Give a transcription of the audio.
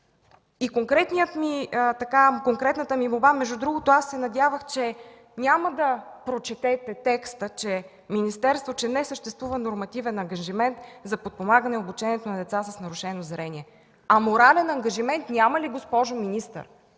март 2013 г. Между другото, аз се надявах, че няма да прочетете текста, че не съществува нормативен ангажимент за подпомагане обучението на деца с нарушено зрение. А морален ангажимент няма ли, госпожо министър?